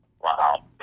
Wow